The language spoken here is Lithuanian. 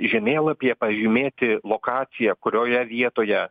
žemėlapyje pažymėti lokaciją kurioje vietoje